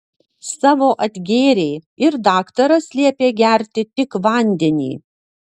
savo atgėrei ir daktaras liepė gerti tik vandenį